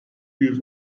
yüz